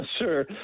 Sure